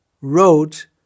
wrote